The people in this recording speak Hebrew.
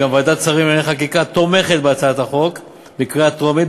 גם ועדת שרים לענייני חקיקה תומכת בהצעת החוק בקריאה טרומית,